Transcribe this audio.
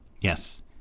Yes